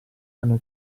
hanno